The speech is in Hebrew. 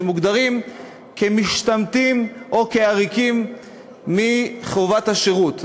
שמוגדרים משתמטים או עריקים מחובת השירות,